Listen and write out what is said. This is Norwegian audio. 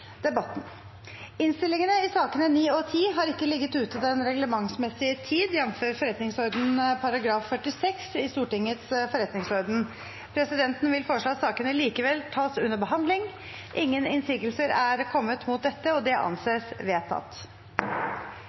debatten. Innstillingene i sakene nr. 9 og 10 har ikke ligget ute den reglementsmessige tid, jf. § 46 i Stortingets forretningsorden. Presidenten vil foreslå at sakene likevel tas under behandling. – Ingen innsigelser er kommet mot dette, og det anses vedtatt.